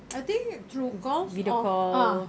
I think through calls or ah